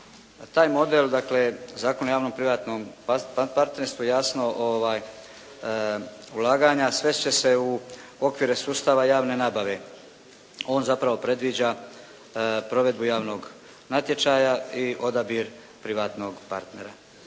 Taj model, dakle, Zakon o javnom privatnom partnerstvu jasno ulaganja svesti će se u okvire sustava javne nabave. On zapravo predviđa provedbu javnog natječaja i odabir privatnog partnera.